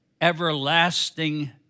everlasting